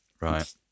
Right